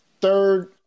third